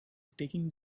taking